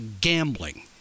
gambling